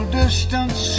distance